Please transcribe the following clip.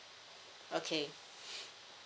okay